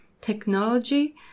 technology